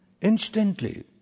Instantly